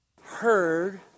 heard